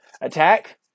attack